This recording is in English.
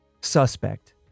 suspect